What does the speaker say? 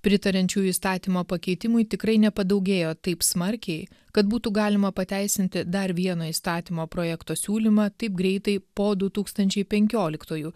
pritariančiųjų įstatymo pakeitimui tikrai nepadaugėjo taip smarkiai kad būtų galima pateisinti dar vieną įstatymo projekto siūlymą taip greitai po du tūkstančiai penkioliktųjų